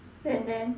and then